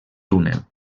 túnel